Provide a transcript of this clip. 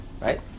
Right